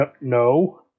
no